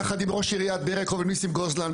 יחד עם ראש עיריית באר יעקב ניסים גוזלן.